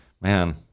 man